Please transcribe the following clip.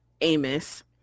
amos